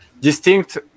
distinct